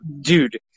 dude